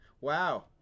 Wow